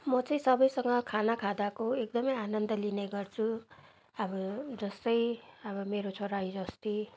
म चाहिँ सबसँग खाना खाँदाको एकदम आनन्द लिने गर्छु अब जस्तो अब मेरो छोरा हिजो अस्ति